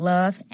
Love